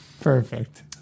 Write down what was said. perfect